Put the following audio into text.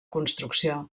construcció